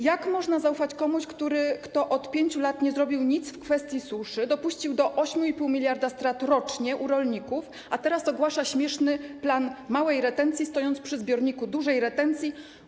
Jak można zaufać komuś, kto od 5 lat nie zrobił nic w kwestii suszy, dopuścił do 8,5 mld strat rocznie u rolników, a teraz ogłasza śmieszny plan małej retencji, stojąc przy zbiorniku dużej retencji.